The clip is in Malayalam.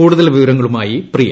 കൂടുതൽ വിവരങ്ങളുമായി പ്രിയ